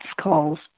calls